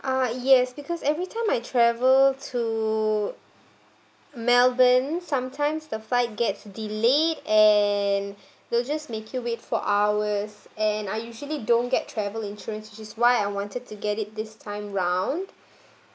ah yes because every time I travel to melbourne sometimes the flight gets delay and they'll just make you wait for hours and I usually don't get travel insurance which is why I wanted to get it this time round